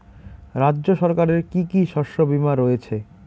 রাজ্য সরকারের কি কি শস্য বিমা রয়েছে?